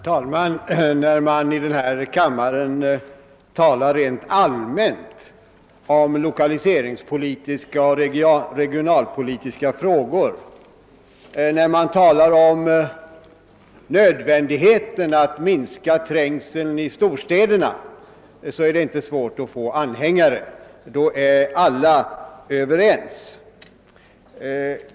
Herr talman! När man i denna kammare talar rent allmänt om lokaliseringspolitiska och regionalpolitiska frågor, när man talar om nödvändigheten att minska trängseln i storstäderna, är det inte svårt att få anhängare — då är alla överens.